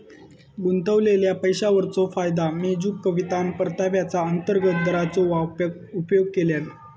गुंतवलेल्या पैशावरचो फायदो मेजूक कवितान परताव्याचा अंतर्गत दराचो उपयोग केल्यान